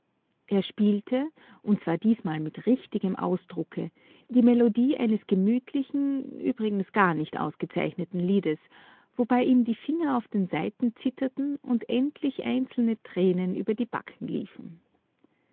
er spielte und zwar diesmal mit richtigem ausdrucke die melodie eines gemütlichen übrigens gar nicht ausgezeichneten liedes wobei ihm die finger auf den saiten zitterten und endlich einzelne tränen über die backen liefen